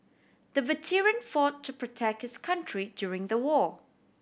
the veteran fought to protect his country during the war